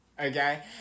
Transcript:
Okay